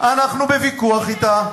אנחנו בוויכוח אתה.